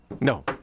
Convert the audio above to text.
No